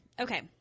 Okay